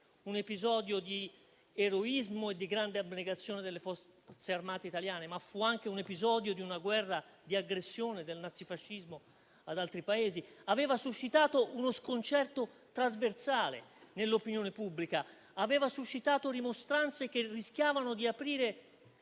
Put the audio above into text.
un episodio di eroismo e di grande abnegazione delle Forze armate italiane, ma fu anche un episodio di una guerra di aggressione del nazifascismo ad altri Paesi, aveva suscitato uno sconcerto trasversale nell'opinione pubblica, aveva suscitato rimostranze che rischiavano di aprire